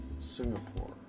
Singapore